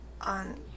on